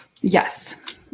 Yes